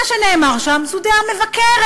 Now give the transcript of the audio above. מה שנאמר שם זו דעה מבקרת.